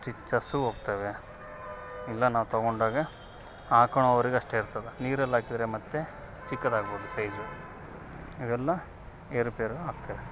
stitches ಹೋಗ್ತವೆ ಇಲ್ಲ ನಾವು ತಗೊಂಡಾಗ ಹಾಕೋಳೋವರೆಗು ಅಷ್ಟೇ ಇರ್ತದೆ ನೀರಲ್ಲಿ ಹಾಕಿದ್ರೆ ಮತ್ತು ಚಿಕ್ಕದಾಗ್ಬೋದು ಸೈಜ್ ಅವೆಲ್ಲ ಏರುಪೇರು ಆಗ್ತವೆ